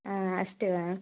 ಹಾಂ ಅಷ್ಟೆಯಾ